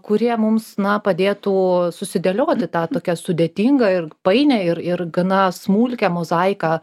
kurie mums na padėtų susidėlioti tą tokią sudėtingą ir painią ir ir gana smulkią mozaiką